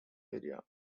area